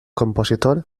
compositor